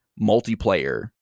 multiplayer